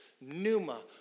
Numa